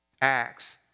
Acts